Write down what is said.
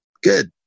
Good